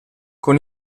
con